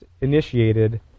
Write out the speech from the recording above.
initiated